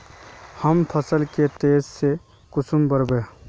हम फसल के तेज से कुंसम बढ़बे?